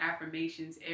affirmations